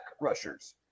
rushers